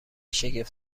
شگفت